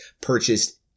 purchased